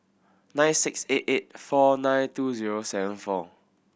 nine six eight eight four nine two zero seven four